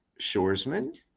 Shoresman